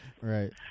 Right